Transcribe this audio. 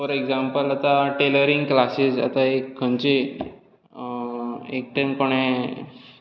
four example आतां tailoring classes आतां एक खंयचीय एकटेन कोणें